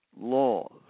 laws